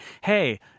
hey